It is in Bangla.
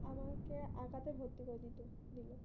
আমাকে আঁকাতে ভর্তি করে দিলো